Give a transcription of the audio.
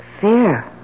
Fear